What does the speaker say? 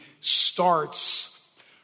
starts